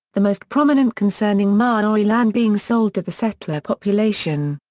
the most prominent concerning maori land being sold to the settler population.